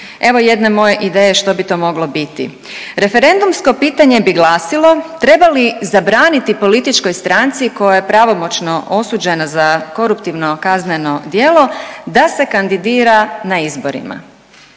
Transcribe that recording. Evo jedne moje ideje što bi to moglo biti. Referendumsko pitanje bi glasilo treba li zabraniti političkoj stranici koja je pravomoćno osuđena za koruptivno kazneno djelo da se kandidira na izborima?